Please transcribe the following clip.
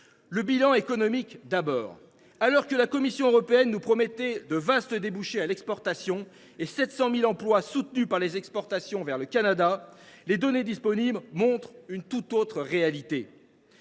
le bilan économique. Alors que la Commission européenne nous promettait de vastes débouchés à l’exportation et 700 000 emplois soutenus par les exportations vers le Canada, les données disponibles montrent une tout autre réalité.